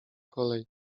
kolej